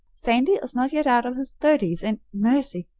sandy is not yet out of his thirties and, mercy!